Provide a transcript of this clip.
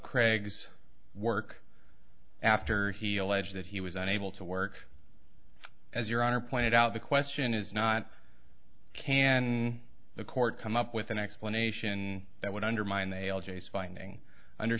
craig's work after he alleged that he was unable to work as your honor pointed out the question is not can the court come up with an explanation that would undermine the l g s finding under